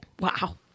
Wow